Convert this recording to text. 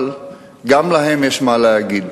אבל גם להם יש מה להגיד,